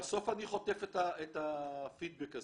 כי בסוף אני חוטף את הפידבק הזה,